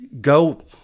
go